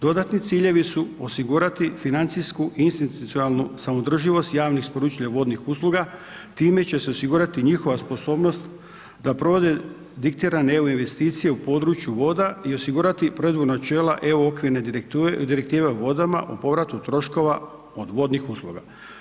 Dodatni ciljevi su osigurati financijsku i institucionalnu samoodrživost javnih isporučitelja vodnih usluga, time će se osigurati njihova sposobnost da provede diktirane EU investicije u području voda i osigurati ... načela EU okvirne direktive vodama u povratku troškova od vodnih usluga.